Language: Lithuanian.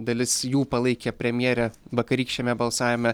dalis jų palaikė premjerę vakarykščiame balsavime